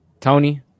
Tony